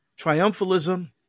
triumphalism